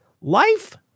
Life